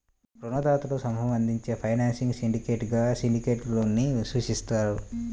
రుణదాతల సమూహం అందించే ఫైనాన్సింగ్ సిండికేట్గా సిండికేట్ లోన్ ని సూచిస్తారు